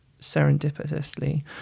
serendipitously